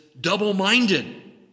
double-minded